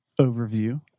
overview